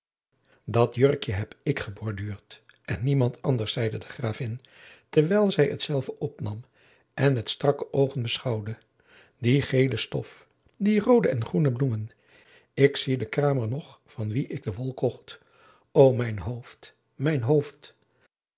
dat jurkje heb ik geborduurd en niemand anders zeide de gravin terwijl zij hetzelve opnam en met strakke oogen beschouwde die geele stof die roode en groene bloemen ik zie den kramer nog van wien ik de wol kocht o mijn hoofd mijn hoofd